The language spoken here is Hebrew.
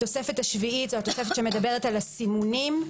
התוספת השביעית מדברת על הסימונים.